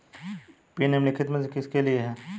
Pin निम्नलिखित में से किसके लिए है?